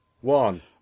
one